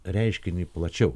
reiškinį plačiau